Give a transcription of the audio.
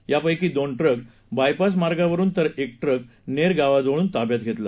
यापैकी दोन ट्क्र बायपास मार्गावरून तर एक ट्रक नेर गावाजवळून ताब्यात घेतला